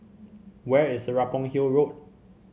where is Serapong Hill Road